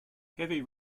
heavy